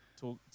talk